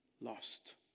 lost